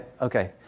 okay